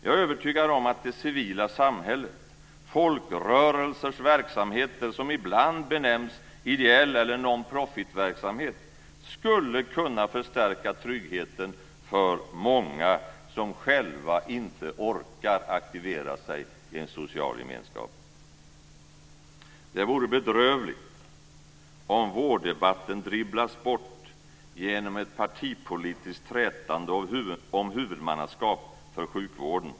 Jag är övertygad om att det civila samhället - folkrörelsers verksamhet, som ibland benämns ideell verksamhet eller non profit-verksamhet - skulle kunna förstärka tryggheten för många som själva inte orkar aktivera sig i en social gemenskap. Det vore bedrövligt om vårddebatten dribblades bort genom ett partipolitiskt trätande om huvudmannaskap för sjukvården.